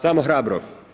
Samo hrabro.